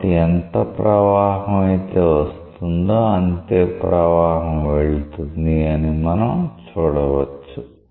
కాబట్టి ఎంత ప్రవాహం అయితే వస్తుందో అంతే ప్రవాహం వెళ్తుంది అని మనం చూడవచ్చు